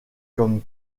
comme